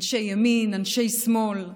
אנשי ימין, אנשי שמאל,